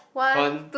one